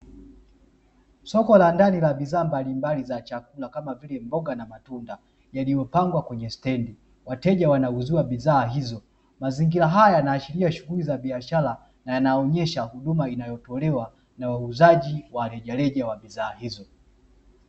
Soko la ndani la bidhaa mbalimbali za chakula kama vile: mboga na matunda, yaliyopangwa kwenye stendi, wateja wanauziwa bidhaa hizo; mazingira haya yanaashiria shughuli za biashara na yanaonyesha huduma inayotolewa na wauzaji wa rejareja wa bidhaa hizo.